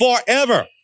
forever